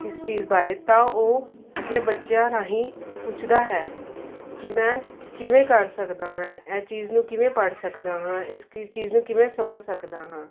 ਕਿਸ ਚੀਜ਼ ਬਾਰੇ ਤਾਂ ਉਹ ਆਪਣੇ ਬੱਚਿਆਂ ਰਾਹੀਂ ਪੁੱਛਦਾ ਹੈ ਕਿ ਮੈਂ ਕਿਵੇਂ ਕਰ ਸਕਦਾ ਹਾਂ ਇਹ ਚੀਜ਼ ਨੂੰ ਕਿਵੇਂ ਪੜ੍ਹ ਸਕਦਾ ਹਾਂ ਇਸ ਕਿਸ ਚੀਜ਼ ਨੂੰ ਕਿਵੇਂ ਸਮਝ ਸਕਦਾ ਹਾਂ